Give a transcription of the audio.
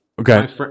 Okay